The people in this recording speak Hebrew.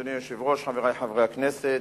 אדוני היושב-ראש, חברי חברי הכנסת,